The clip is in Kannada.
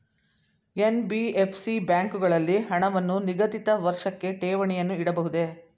ಎನ್.ಬಿ.ಎಫ್.ಸಿ ಬ್ಯಾಂಕುಗಳಲ್ಲಿ ಹಣವನ್ನು ನಿಗದಿತ ವರ್ಷಕ್ಕೆ ಠೇವಣಿಯನ್ನು ಇಡಬಹುದೇ?